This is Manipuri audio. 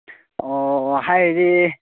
ꯑꯣ ꯍꯥꯏꯕꯗꯤ